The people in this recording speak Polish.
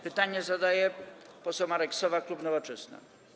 Pytanie zadaje poseł Marek Sowa, klub Nowoczesna.